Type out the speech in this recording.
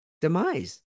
demise